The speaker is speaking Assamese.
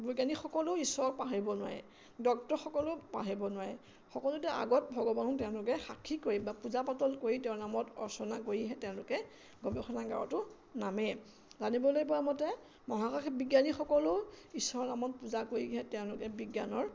বিজ্ঞানীসকলেও ঈশ্বৰক পাহৰিব নোৱাৰে ডক্তৰসকলেও পাহৰিব নোৱাৰে সকলোতে আগত ভগৱানক তেওঁলোকে সাক্ষী কৰি বা পূজা পাতল কৰি তেওঁৰ নামত অৰ্চনা কৰিহে তেওঁলোকে গৱেষণাগাৰতো নামে জানিবলৈ পোৱা মতে মহাকাশ বিজ্ঞানীসকলেও ঈশ্বৰৰ নামত পূজা কৰিহে তেওঁলোকে বিজ্ঞানৰ